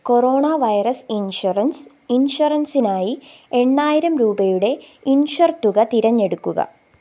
corona virus insurance ഇൻഷുറൻസിനായി എണ്ണായിരം രൂപയുടെ ഇൻഷുർ തുക തിരഞ്ഞെടുക്കുക